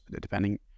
depending